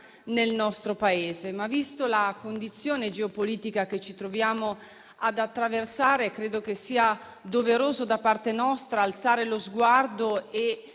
nel nostro Paese, ma vista la condizione geopolitica che ci troviamo ad attraversare, credo sia doveroso da parte nostra alzare lo sguardo e